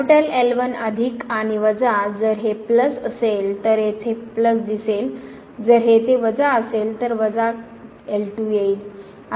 L1 अधिक आणि वजा जर हे प्लस असेल तर येथे प्लस दिसेल जर हे येथे वजा असेल तर वजा येईल